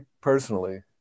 personally